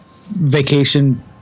vacation